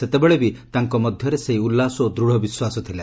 ସେତେବେଳେ ବି ତାଙ୍କ ମଧରେ ସେହି ଉଲ୍ଲାସ ଓ ଦୂଢ଼ ବିଶ୍ୱାସ ଥିଲା